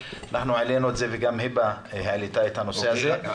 גם היבה יזבק העלתה את הנושא הזה.